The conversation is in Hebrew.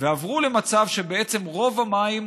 ועברו למצב שבעצם רוב המים,